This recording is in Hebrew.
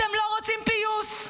אתם לא רוצים פיוס,